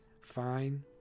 Fine